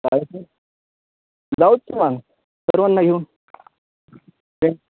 काळेश्वर जाऊचं ना सर्वांना घेऊन फ्रेंड्स